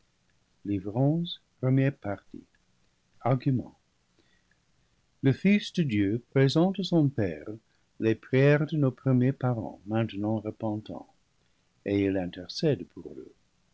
onzième argument le fils de dieu présente à son père les prières de nos premiers parents maintenant repentants et il intercède pour eux